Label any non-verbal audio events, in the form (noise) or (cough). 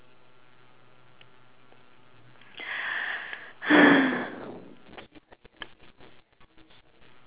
(noise)